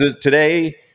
today